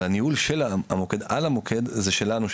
אבל הניהול של המוקד על המוקד זה שלנו,